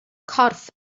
corff